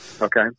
Okay